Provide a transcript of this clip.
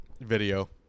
video